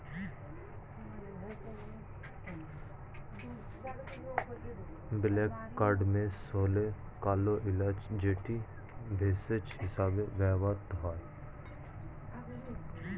black cardamom হল কালো এলাচ যেটি ভেষজ হিসেবে ব্যবহৃত হয়